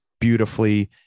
beautifully